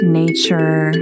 nature